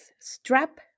strap